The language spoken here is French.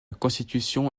constitution